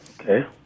Okay